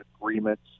agreements